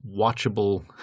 watchable